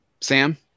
Sam